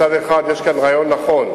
מצד אחד יש כאן רעיון נכון,